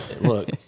look